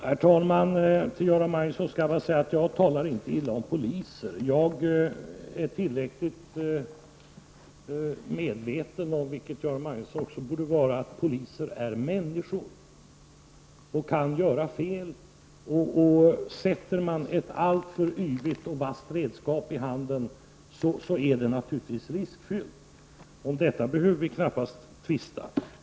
Herr talman! Jag talar inte illa om poliser, Göran Magnusson. Jag är tillräckligt medveten om, vilket Göran Magnusson också borde vara, att poliser är människor, och de kan göra fel. Sätter man ett alltför yvigt och vasst redskap i handen på någon är det naturligtvis riskfyllt. Om detta behöver vi knappast tvista.